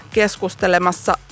keskustelemassa